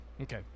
Okay